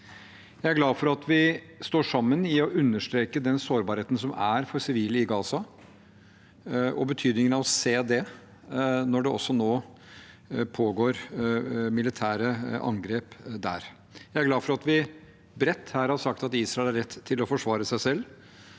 Jeg er glad for at vi står sammen i å understreke den sårbarheten som er for sivile i Gaza, og betydningen av å se det når det nå pågår militære angrep der. Jeg er glad for at vi bredt her har sagt at Israel har rett til å forsvare seg selv,